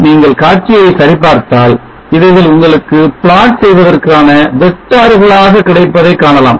நீங்கள் காட்சியை சரி பார்த்தால் இவைகள் உங்களுக்கு plot செய்வதற்கான வெக்டார்களாக கிடைப்பதை காணலாம்